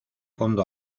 fondo